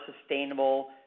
sustainable